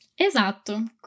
Esatto